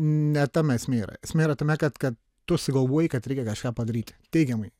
ne tame esmė yra esmė yra tame kad kad tu sugalvoji kad reikia kažką padaryti teigiamai